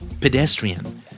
Pedestrian